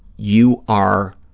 you are